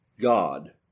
God